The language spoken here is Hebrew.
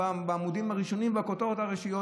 בעמודים הראשונים ובכותרות הראשיות.